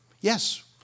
Yes